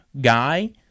guy